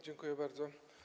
Dziękuję bardzo.